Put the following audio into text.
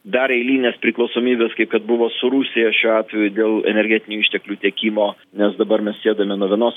dar eilinės priklausomybės kaip kad buvo su rusija šiuo atveju dėl energetinių išteklių tiekimo nes dabar mes sėdame nuo vienos